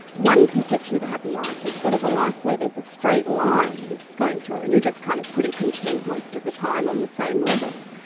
one conception of a happy life is sort of a life where there's a straight line going through, and you're just kind of pretty content most of the time on the same level.